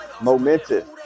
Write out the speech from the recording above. momentous